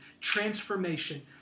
transformation